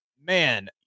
man